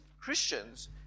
Christians